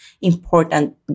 important